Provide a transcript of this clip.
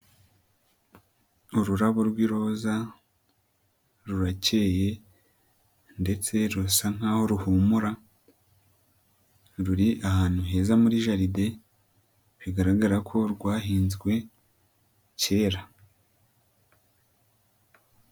Ururabo rw'iroza rurakeye ndetse rusa nk'aho ruhumura, ruri ahantu heza muri jaride bigaragara ko rwahinzwe kera.